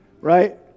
Right